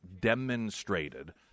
demonstrated